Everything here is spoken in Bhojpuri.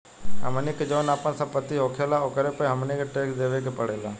हमनी के जौन आपन सम्पति होखेला ओकरो पे हमनी के टैक्स देबे के पड़ेला